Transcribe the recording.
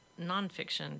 nonfiction